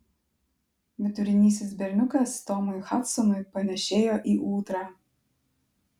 vidurinysis berniukas tomui hadsonui panėšėjo į ūdrą